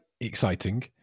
exciting